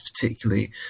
particularly